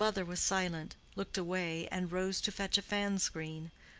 the mother was silent, looked away, and rose to fetch a fan-screen,